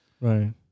right